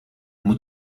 moet